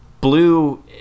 blue